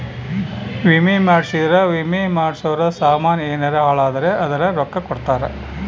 ವಿಮೆ ಮಾಡ್ಸಿದ್ರ ವಿಮೆ ಮಾಡ್ಸಿರೋ ಸಾಮನ್ ಯೆನರ ಹಾಳಾದ್ರೆ ಅದುರ್ ರೊಕ್ಕ ಕೊಡ್ತಾರ